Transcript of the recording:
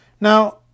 Now